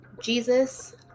Jesus